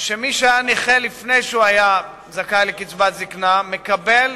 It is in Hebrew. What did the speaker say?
שמי שהיה נכה לפני שהיה זכאי לקצבת זיקנה מקבל